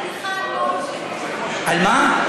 מה?